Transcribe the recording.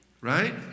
Right